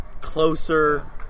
Closer